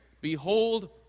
Behold